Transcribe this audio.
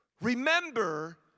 Remember